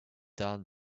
done